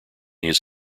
his